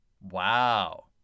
Wow